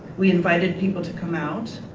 we invited people to come out.